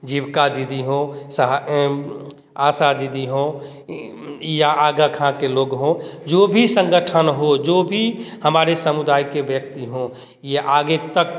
जीविका दीदी हो आशा दीदी हो या आगा खा के लोग हो जो भी संगठन हो जो भी हमारे समुदाय के व्यक्ति हो ये आगे तक